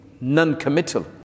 non-committal